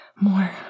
More